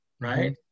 right